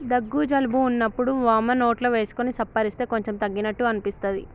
దగ్గు జలుబు వున్నప్పుడు వోమ నోట్లో వేసుకొని సప్పరిస్తే కొంచెం తగ్గినట్టు అనిపిస్తది